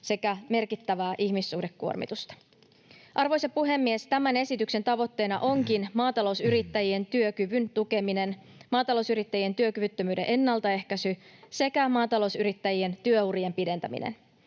sekä merkittävää ihmissuhdekuormitusta. Arvoisa puhemies! Tämän esityksen tavoitteena onkin maatalousyrittäjien työkyvyn tukeminen, maatalousyrittäjien työkyvyttömyyden ennaltaehkäisy sekä maatalousyrittäjien työurien pidentäminen.